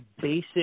basic